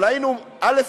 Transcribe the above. אבל היינו, א.